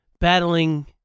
battling